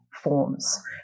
forms